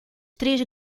três